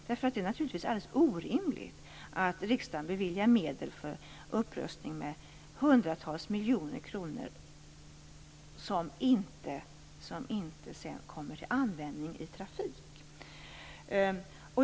Det är naturligtvis alldeles orimligt att riksdagen beviljar hundratals miljoner kronor för upprustning, om detta sedan inte kommer till användning i trafik.